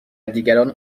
دیگران